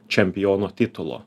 čempiono titulo